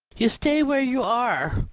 you stay where you are,